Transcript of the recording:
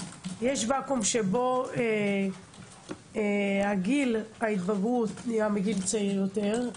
שבו גיל ההתבגרות הוא צעיר יותר,